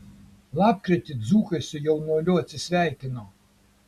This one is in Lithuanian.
lapkritį dzūkai su jaunuoliu atsisveikino